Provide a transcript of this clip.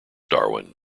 darwin